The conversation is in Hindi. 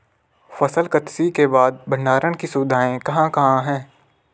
फसल कत्सी के बाद भंडारण की सुविधाएं कहाँ कहाँ हैं?